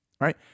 Right